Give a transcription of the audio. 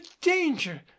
danger